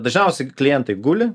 dažniausiai gi klientai guli